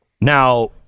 now